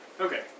Okay